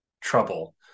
trouble